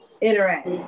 interact